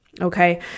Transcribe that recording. Okay